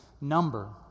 number